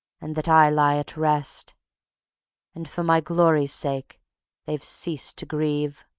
and that i lie at rest and for my glory's sake they've ceased to grieve,